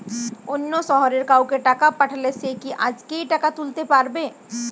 অন্য শহরের কাউকে টাকা পাঠালে সে কি আজকেই টাকা তুলতে পারবে?